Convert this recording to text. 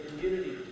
community